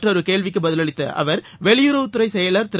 மற்றொரு கேள்விக்குப் பதிலளித்த அவர் வெளியுறவுத் துறை செயலர் திரு